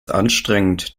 anstrengend